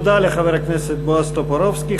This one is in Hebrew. תודה לחבר הכנסת בועז טופורובסקי.